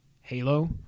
Halo